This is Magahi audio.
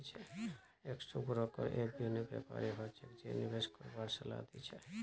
स्टॉक ब्रोकर एक विनियमित व्यापारी हो छै जे निवेश करवार सलाह दी छै